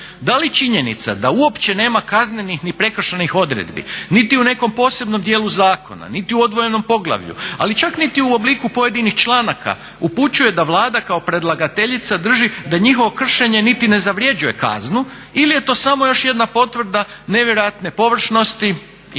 Da li činjenica da uopće nema kaznenih ni prekršajnih odredbi niti u nekom posebnom dijelu zakona niti u odvojenom poglavlju, ali čak niti u obliku pojedinih članaka upućuje da Vlada kao predlagateljica drži da njihovo kršenje niti ne zavređuje kaznu ili je to samo još jedna potvrda nevjerojatne površnosti